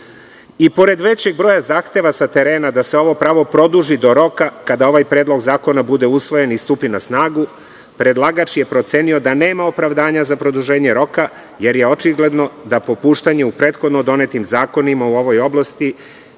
pored većeg broja zahteva sa terena da se ovo pravo produži do roka kada ovaj predlog zakona bude usvojen i stupi na snagu, predlagač je procenio da nema opravdanja za produženje roka jer je očigledno da popuštanje u prethodno donetim zakonima u ovoj oblasti